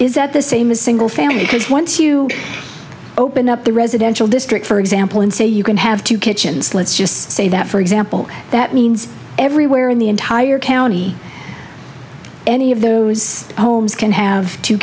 is that the same as single family because once you open up the residential district for example and say you can have two kitchens let's just say that for example that means everywhere in the entire county any of those homes can have two